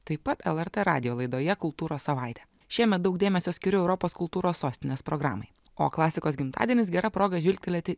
taip pat lrt radijo laidoje kultūros savaitė šiemet daug dėmesio skiriu europos kultūros sostinės programai o klasikos gimtadienis gera proga žvilgtelėti